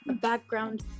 background